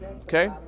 okay